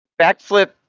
backflip